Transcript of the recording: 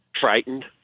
frightened